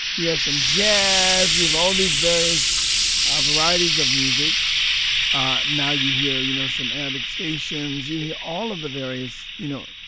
you have some jazz. you have all these various ah varieties of music ah now, you hear, you know, some arabic stations. you hear all of the various, you know,